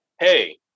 hey